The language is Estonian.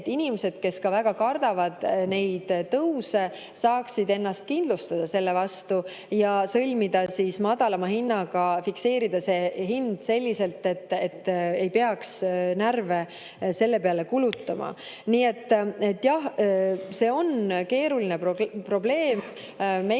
inimesed, kes ka väga kardavad neid tõuse, saaksid ennast kindlustada selle vastu ja sõlmida madalama hinnaga [lepingu], fikseerida hinna selliselt, et ei peaks närve selle peale kulutama. Nii et jah, see on keeruline probleem. Meie